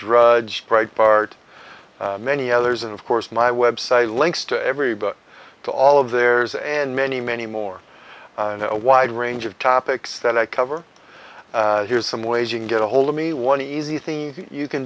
drudge breitbart many others and of course my website links to every book to all of theirs and many many more a wide range of topics that i cover here's some ways you can get ahold of me one easy thing you can